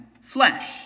flesh